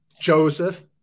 Joseph